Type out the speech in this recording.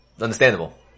understandable